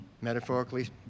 metaphorically